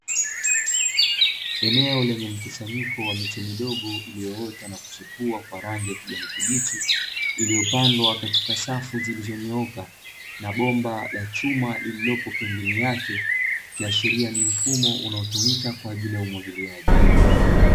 Eneo lenye mkusanyiko wa miche midogo iliyoota na kuchipua kwa rangi ya kijani kibichi, iliyopandwa katika safu zilizonyooka na bomba la chuma lililopo pembeni yake, ikiashiria ni mfumo unaotumika kwa ajili ya umwagiliaji.